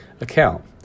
account